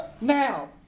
Now